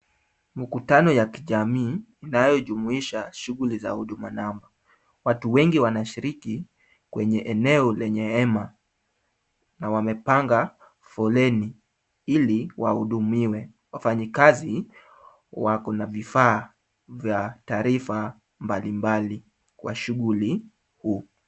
Mkutano ya kijamii inayojumuisha shughuli za huduma namba, watu wengi wanashiriki kwenye eneo lenye hema na wamepanga foleni ili wahudumiwe. Wafanyikazi wako na vifaa za taarifa mbalimbali kwa shughuli huu.